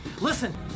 Listen